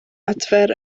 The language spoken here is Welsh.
adfer